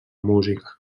música